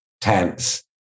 tense